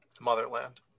Motherland